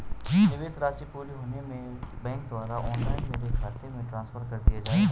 निवेश राशि पूरी होने पर बैंक द्वारा ऑनलाइन मेरे खाते में ट्रांसफर कर दिया जाएगा?